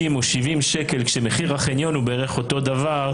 או 70 שקלים כשמחיר החניון הוא אותו דבר,